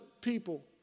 people